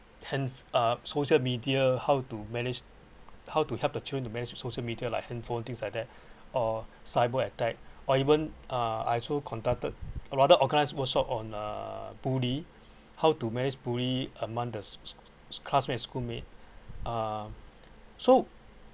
hand~ uh social media how to manage how to help the children to manage social media like handphone things like that or cyber attack or even uh I also conducted or rather organise workshop on uh bully how to manage bully among the classmates and schoolmate uh so